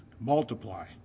multiply